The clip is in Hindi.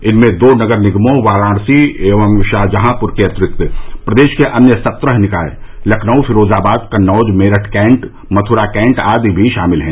इसमें दो नगर निगमों वाराणसी एवं शाजहांपुर के अतिरिक्त प्रदेश के अन्य सत्रह निकाय लखनऊ फिरोजाबाद कन्नौज मेरठ कैट मथुरा कैंट आदि भी शामिल है